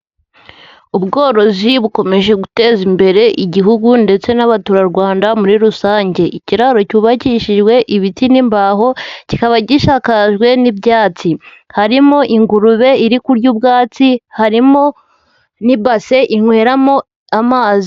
Ubworozi bukomeje guteza imbere igihugu ndetse n'abaturarwanda muri rusange, ikiraro cyubakishijwe ibiti n'imbaho kikaba gisakajwe n'ibyatsi, harimo ingurube iri kurya ubwatsi, harimo n'ibase inyweramo amazi.